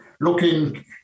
looking